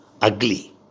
Ugly